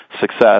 success